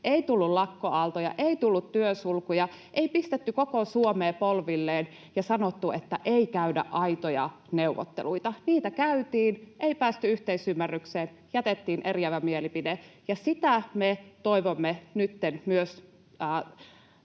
Ei tullut lakkoaaltoja, ei tullut työsulkuja, ei pistetty koko Suomea polvilleen ja sanottu, että ei käydä aitoja neuvotteluita. [Juho Eerola: Vastuullista!] Niitä käytiin, ei päästy yhteisymmärrykseen, jätettiin eriävä mielipide. Ja sitä me toivomme nytten myös